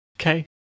okay